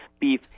beef